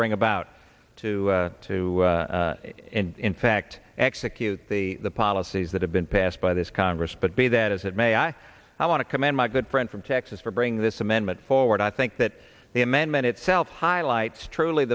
bring about to to in fact execute the policies that have been passed by this congress but be that as it may i i want to commend my good friend from texas for bringing this amendment forward i think that the amendment itself highlights truly